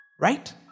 right